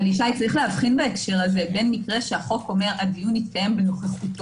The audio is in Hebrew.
אבל יש להבחין בהקשר הזה בין מקרה שהחוק אומר: הדיון יתקיים בנוכחותו,